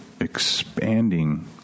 expanding